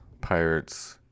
Pirates